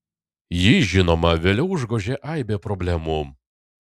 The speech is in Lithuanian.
jį žinoma vėliau užgožė aibė problemų